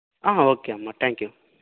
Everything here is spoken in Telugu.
ఓకే అమ్మా థ్యాంక్ యూ